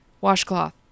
washcloth